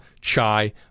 chai